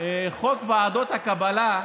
חוק ועדות הקבלה,